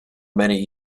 many